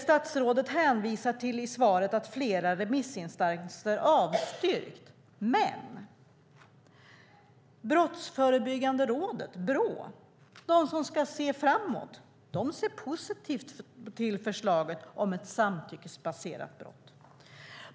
Statsrådet hänvisar i svaret till att flera remissinstanser avstyrkt förslaget, men Brottsförebyggande rådet, Brå, som ska se framåt ser positivt på förslaget om en samtyckesbaserad brottsbestämmelse.